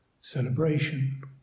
celebration